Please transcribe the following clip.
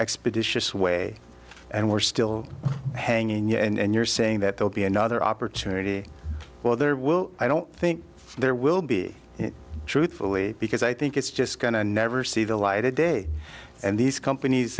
expeditious way and were still hanging on you and you're saying that they'll be another opportunity well there will i don't think there will be truthfully because i think it's just going to never see the light of day and these companies